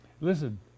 Listen